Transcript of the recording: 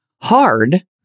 hard